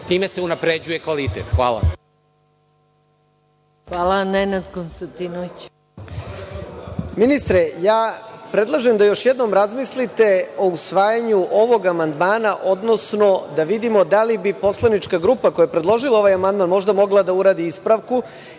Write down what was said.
Konstantinović. Izvolite. **Nenad Konstantinović** Ministre, predlažem da još jednom razmislite o usvajanju ovog amandmana, odnosno da vidimo da li bi poslanička grupa koja je predložila ovaj amandman možda mogla da uradi ispravku.